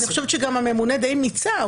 אני חושבת שגם הממונה די מיצה,